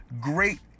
great